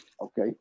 okay